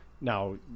now